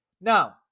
Now